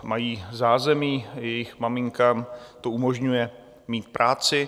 Mají zázemí, jejich maminkám to umožňuje mít práci.